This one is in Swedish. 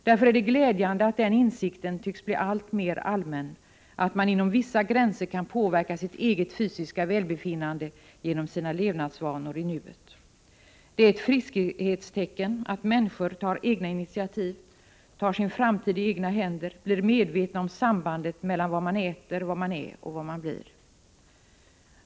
Därför är det glädjande att den insikten tycks bli alltmer allmän att man inom vissa gränser kan påverka sitt eget fysiska välbefinnande genom sina levnadsvanor i nuet. Det är ett friskhetstecken att människor tar egna initiativ, tar sin framtid i egna händer, blir medvetna om sambandet mellan vad man äter, vad man är och vad man blir.